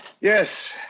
Yes